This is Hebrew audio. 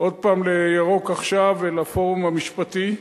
עוד הפעם ל"ירוק עכשיו" ולפורום המשפטי,